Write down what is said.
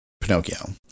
Pinocchio